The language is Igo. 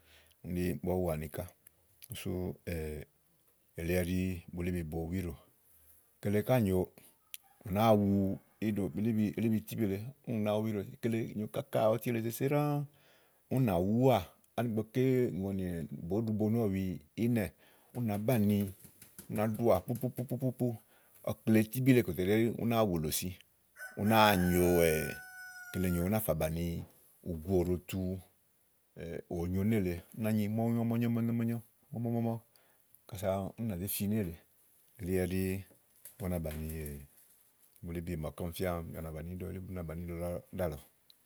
úni ɖí bɔ̀wù ániká sú elí ɛɖí bulíbì bo wu íɖò. kele ká nyòo ù nàáa wu ìɖò bulíbi tíbíí le úni màáwu íɖò kele kaka ɔti èle èsèse ɖãã ú wuà ani ígbɔ ké moònì bòó ɖu ubonù ɔ̀wi ínɛ̀ ú nàá banì i ù nàá ɖuà púpúpúpú. ɔkle tíbí le tè ɛɖi ú ná wùlò si ú náa nì nyon kele nyòo ú náa fà bàni uguòɖotu òNyo nélèe ú nàá nyi mɔ̀nyɔ̀mɔ̀nyɔ̀ mɔ̀nyɔ̀, mɔ̀nyɔ̀ mɔ̀mɔ̀mɔ̀ kása ú nà zé fi nélèe elí ɛɖí ú na báni bulíbi màa ɔmi fía ni bìà ba bàni íɖo ni bìà ba bàni ɖíàlɔ.